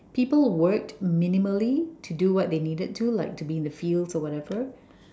people worked minimally to do what they needed to like to be in the fields or whatever